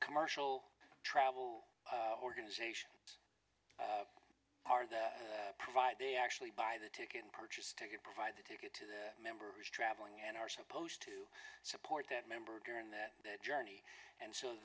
commercial travel organization are they provide they actually buy the ticket purchase a ticket provide the ticket to their members traveling and are supposed to support that member during that journey and